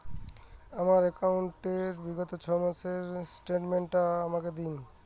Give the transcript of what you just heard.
আমার অ্যাকাউন্ট র বিগত ছয় মাসের স্টেটমেন্ট টা আমাকে দিন?